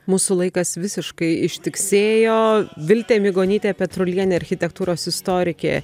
mūsų laikas visiškai ištiksėjo viltė migonytė petrulienė architektūros istorikė